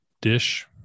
dish